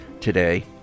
today